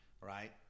right